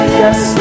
yes